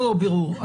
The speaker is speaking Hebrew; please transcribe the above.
ברור.